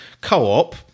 co-op